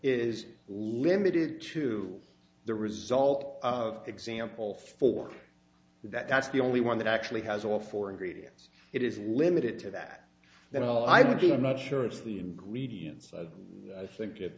is limited to the result of example fork that's the only one that actually has all four ingredients it isn't limited to that that all i get i'm not sure it's the ingredients i think it